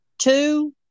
Two